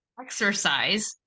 exercise